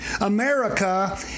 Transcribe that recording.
America